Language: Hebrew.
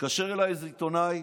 מתקשר אליי איזה עיתונאי,